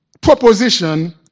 proposition